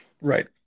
Right